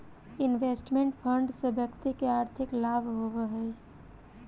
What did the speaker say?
investment fund से व्यक्ति के आर्थिक लाभ होवऽ हई